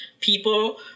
people